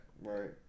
Right